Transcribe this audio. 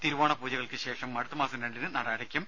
തിരുവോണ പൂജകൾക്ക് ശേഷം അടുത്തമാസം രണ്ടിന് നട അടയ്ക്കും